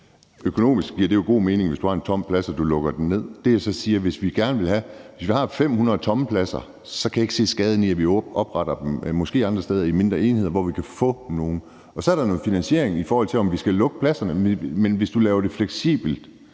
Økonomisk giver det jo god mening, hvis du har en tom plads, at du lukker den ned. Det, jeg så siger, er, at hvis vi har 500 tomme pladser, kan jeg ikke se skaden i, at vi opretter dem andre steder, måske i mindre enheder, hvor vi kan få nogle ind. Så er der noget finansiering, i forhold til om vi skal lukke pladserne, men hvis du laver en uddannelse